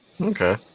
okay